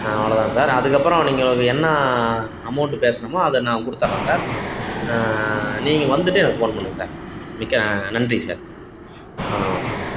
அவ்வளோதாங்க சார் அதுக்கப்பறம் நீங்கள் ஒரு என்ன அமௌண்ட் பேசினமோ அதை நான் கொடுத்துட்றேன் சார் நீங்கள் வந்துட்டு எனக்கு ஃபோன் பண்ணுங்க சார் மிக்க நன்றி சார் ஆ ஓகே சார்